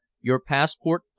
your passport,